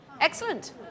Excellent